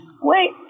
Wait